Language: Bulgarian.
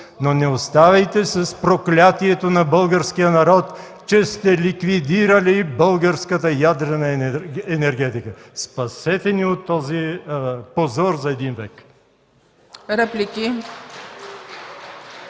но не оставайте с проклятието на българския народ, че сте ликвидирали българската ядрена енергетика. Спасете ни от този позор за един век!